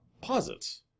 posits